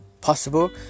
possible